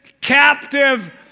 captive